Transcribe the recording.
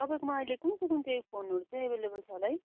तपाईँकोमा अहिले कुन चाहिँ कुन चाहिँ फोनहरू चाहिँ अभाइलेबल छ होला है